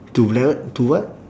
too blank what too what